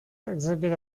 exhibit